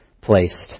placed